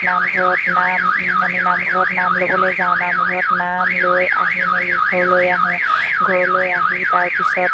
নামঘৰত নাম আমি নামঘৰত নাম ল'বলৈ যাওঁ নামঘৰত নাম লৈ আহি মেলি ঘৰলৈ আহোঁ ঘৰলৈ আহি তাৰপিছত